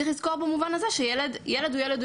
במובן הזה צריך לזכור שילד הוא ילד,